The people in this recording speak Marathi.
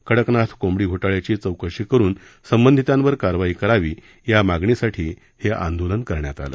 कडकनाथ कोंबडी घोटाळ्याची चौकशी करून संबंधितावर कारवाई करावी या मागणीसाठी हे आंदोलन करण्यात आलं